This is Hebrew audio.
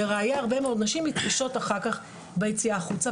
לראייה הרבה מאוד נשים מתקשות אחר כך ביציאה החוצה,